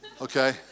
Okay